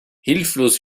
hilflos